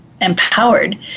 empowered